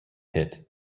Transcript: hit